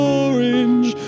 orange